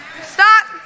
Stop